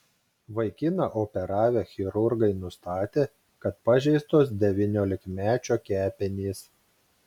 vaikiną operavę chirurgai nustatė kad pažeistos devyniolikmečio kepenys